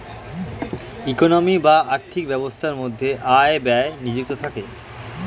economy বা আর্থিক ব্যবস্থার মধ্যে আয় ব্যয় নিযুক্ত থাকে